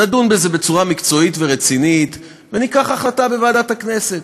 נדון בזה בצורה מקצועית ורצינית וניקח החלטה בוועדת הכנסת.